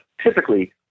typically